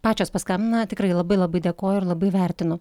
pačios paskambina tikrai labai labai dėkoju ir labai vertinu